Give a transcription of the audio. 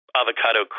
avocado